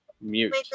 mute